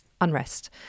unrest